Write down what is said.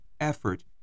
effort